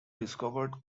discovered